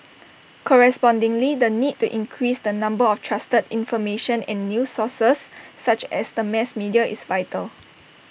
correspondingly the need to increase the number of trusted information and news sources such as the mass media is vital